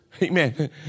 Amen